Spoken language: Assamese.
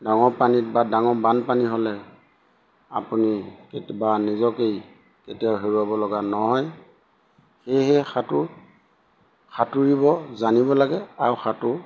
ডাঙৰ পানীত বা ডাঙৰ বানপানী হ'লে আপুনি কেতিয়াবা নিজকেই কেতিয়াও হেৰুৱাব লগা নহয় সেয়েহে সাঁতোৰ সাঁতুৰিব জানিব লাগে আৰু সাঁতোৰ